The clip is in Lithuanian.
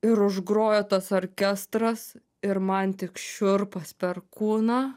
ir užgrojo tas orkestras ir man tik šiurpas per kūną